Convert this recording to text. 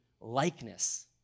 likeness